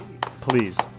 Please